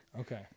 okay